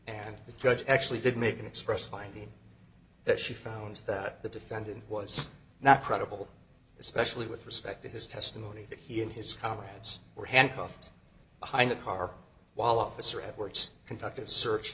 and the judge actually did make an express finding that she found that the defendant was not credible especially with respect to his testimony that he and his comrades were handcuffed behind a car while officer edwards conducted a search